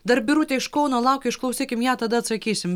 dar birutė iš kauno laukia išklausykim ją tada atsakysim